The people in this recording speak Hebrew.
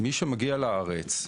מי שמגיע לארץ,